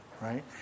right